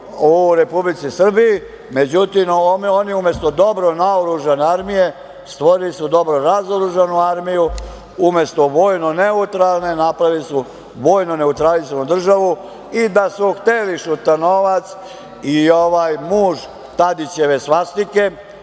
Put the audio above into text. u Republici Srbiji. Međutim, oni umesto dobro naoružane armije stvorili su dobro razoružanu armiju, umesto vojno neutralne napravili su vojno neutralizovanu državu. Da su hteli Šutanovac i muž Tadićeve svastike,